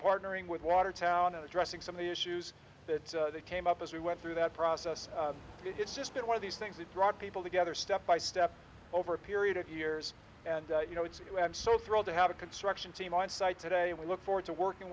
partnering with watertown and addressing some of the issues that came up as we went through that process it's just been one of these things that brought people together step by step over a period of years and you know it's i am so thrilled to have a construction team on site today we look forward to working